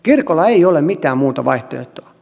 kirkolla ei ole mitään muuta vaihtoehtoa